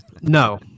No